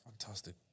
Fantastic